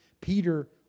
Peter